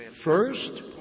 First